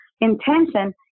Intention